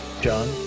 john